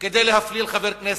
כדי להפליל חבר כנסת.